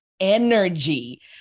energy